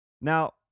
Now